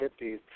50s